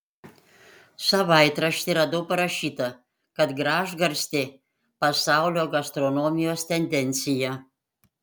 savaitrašty radau parašyta kad gražgarstė pasaulio gastronomijos tendencija